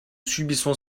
subissons